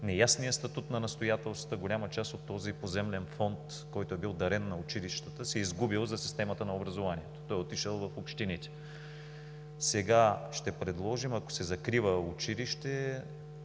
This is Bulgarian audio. неясният статут на настоятелствата – голяма част от този поземлен фонд, който е бил дарен на училищата, се е изгубил за системата на образованието, той е отишъл в общините. Сега ще предложим, ако се закрива училище,